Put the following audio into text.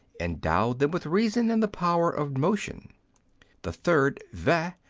endowed them with reason and the power of motion the third, ve,